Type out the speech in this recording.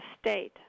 state